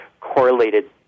correlated